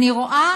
אני רואה